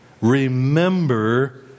remember